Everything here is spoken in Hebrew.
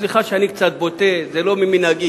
סליחה שאני קצת בוטה, זה לא ממנהגי.